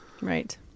Right